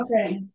Okay